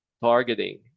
targeting